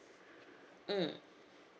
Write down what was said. mm